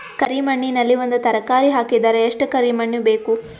ಕರಿ ಮಣ್ಣಿನಲ್ಲಿ ಒಂದ ತರಕಾರಿ ಹಾಕಿದರ ಎಷ್ಟ ಕರಿ ಮಣ್ಣು ಬೇಕು?